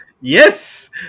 Yes